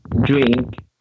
drink